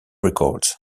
records